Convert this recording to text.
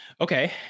okay